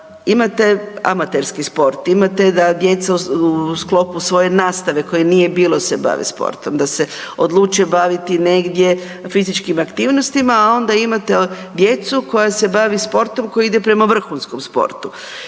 imate amaterski sport, imate da djeca u sklopu svoje nastave koje nije bilo se bave sportom. Da se odlučio baviti negdje fizičkim aktivnostima, a onda imate djecu koja se bave sportom koji ide prema vrhunskom sportu